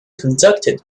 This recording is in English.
conducted